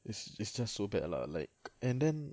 it's it's just so bad ah like and then